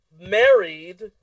married